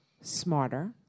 smarter